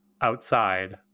outside